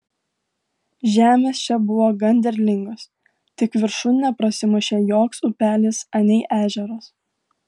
žemės čia buvo gan derlingos tik viršun neprasimušė joks upelis anei ežeras